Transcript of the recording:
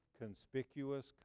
conspicuous